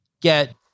get